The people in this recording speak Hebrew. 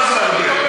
מה זה הרבה?